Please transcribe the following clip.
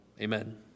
Amen